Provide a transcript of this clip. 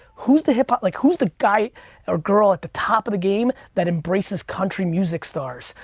who's the hip hop, like who's the guy or girl at the top of the game that embraces country music stars?